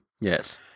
Yes